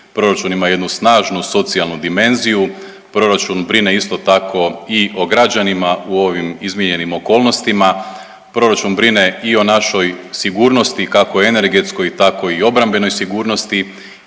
proračun ima jednu snažnu socijalnu dimenziju, proračun brine isto tako i o građanima u ovim izmijenjenim okolnostima, proračun brine i o našoj sigurnosti, kako energetskoj tako i obrambenoj sigurnosti